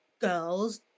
girls